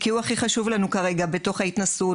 כי הוא הכי חשוב לנו כרגע בתוך ההתנסות,